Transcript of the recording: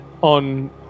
On